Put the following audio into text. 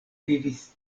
vivis